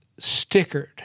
stickered